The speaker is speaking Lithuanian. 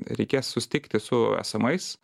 reikės susitikti su esamais